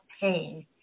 pain